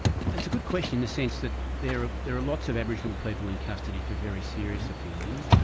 it's a good question, in the sense that there there are lots of aboriginal people in custody for very serious offending,